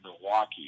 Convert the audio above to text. Milwaukee